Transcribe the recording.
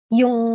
yung